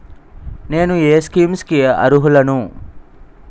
నేను ఏ స్కీమ్స్ కి అరుహులను?